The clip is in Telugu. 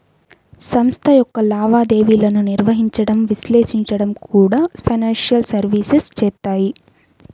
సంస్థ యొక్క లావాదేవీలను నిర్వహించడం, విశ్లేషించడం కూడా ఫైనాన్షియల్ సర్వీసెస్ చేత్తాయి